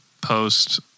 post